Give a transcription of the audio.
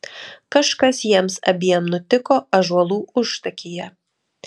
kažkas jiems abiem nutiko ąžuolų užtakyje